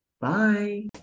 bye